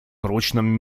прочном